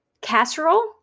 casserole